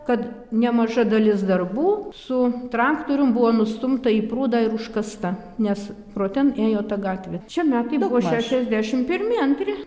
kad nemaža dalis darbų su traktorium buvo nustumta į prūdą ir užkasta nes pro ten ėjo ta gatvė čia metai buvo šešiasdešim pirmi antri